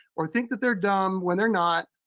or think that they're dumb when they're not.